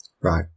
Right